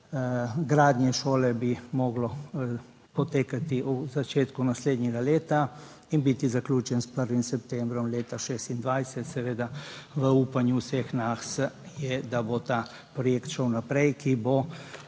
gradnje šole bi moralo potekati v začetku naslednjega leta in biti zaključen s 1. septembrom leta 2026. Seveda v upanju vseh nas je, da bo ta projekt šel naprej, ki bo